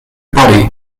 body